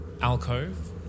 alcove